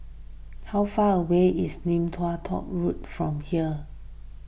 how far away is Lim Tua Tow Road from here